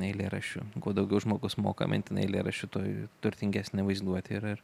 eilėraščių kuo daugiau žmogus moka mintinai eilėraščių tuo turtingesnė vaizduotė ir